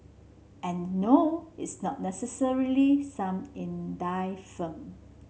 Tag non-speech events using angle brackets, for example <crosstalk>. and no it's not necessarily some <unintelligible> firm